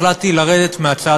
החלטתי לרדת ממנה.